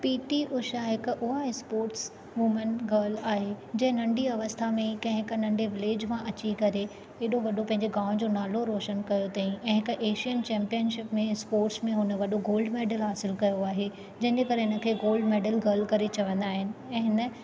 P T Usha हिकु उहा sports woman गल आहे जे नंढी अवस्था में कंहिं हिकु नंढे विलेज मां अची करे हेॾो वॾो पंहिंजे गांव जो नालो रोशनु कयो अथई ऐं हिकु एशियन चैंपियनशिप में स्पॉट्स में हुन वॾो गोल्ड मेडल हासिलु कयो आहे जंहिंजे करे हिनखे गोल्ड मेडल गल करे चवंदा आहिनि ऐं हिन